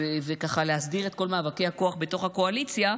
וככה להסדיר את כל מאבקי הכוח בתוך הקואליציה.